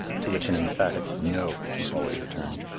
to which an emphatic no was always returned.